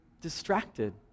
distracted